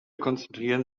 konzentrieren